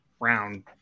round